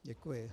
Děkuji.